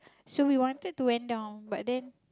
so we wanted to went down but then